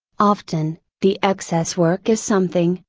often, the excess work is something,